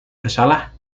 bersalah